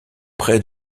près